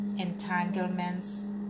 entanglements